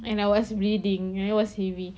and I was reading I watch T_V